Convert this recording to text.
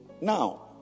now